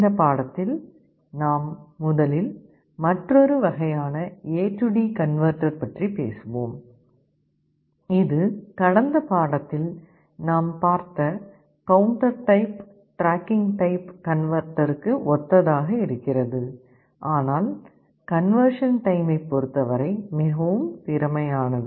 இந்த பாடத்தில் நாம் முதலில் மற்றொரு வகையான ஏ டி கன்வெர்ட்டர் பற்றிப் பேசுவோம் இது கடந்த பாடத்தில் நாம் பார்த்த கவுண்டர் டைப் ட்ராக்கிங் டைப் கன்வெர்ட்டருக்கு ஒத்ததாக இருக்கிறது ஆனால் இது கன்வெர்ஷன் டைம் பொறுத்தவரை மிகவும் திறமையானது